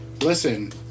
listen